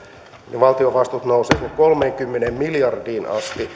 valtion vastuut nousisivat kolmeenkymmeneen miljardiin